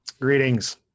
Greetings